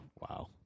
wow